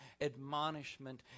admonishment